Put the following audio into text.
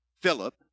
Philip